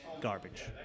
Garbage